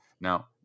Now